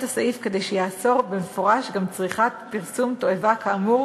הסעיף כדי שיאסור במפורש גם צריכת פרסום תועבה כאמור